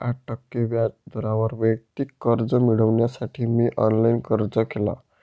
आठ टक्के व्याज दरावर वैयक्तिक कर्ज मिळविण्यासाठी मी ऑनलाइन अर्ज केला